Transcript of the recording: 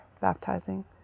baptizing